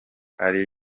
ari